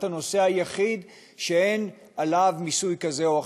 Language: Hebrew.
הדבר היחיד שאין עליו מיסוי כזה או אחר.